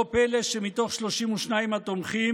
לא פלא שמתוך 32 התומכים,